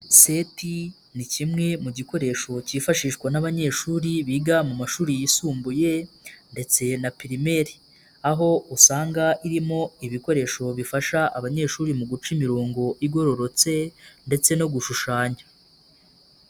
Seti ni kimwe mu gikoresho kifashishwa n'abanyeshuri biga mu mashuri yisumbuye, ndetse na pirimeri. Aho usanga irimo ibikoresho bifasha abanyeshuri mu guca imirongo igororotse, ndetse no gushushanya.